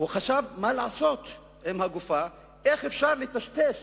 וחשב מה לעשות עם הגופה, איך אפשר לטשטש